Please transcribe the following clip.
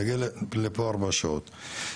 להגיע לפה ארבע שעות.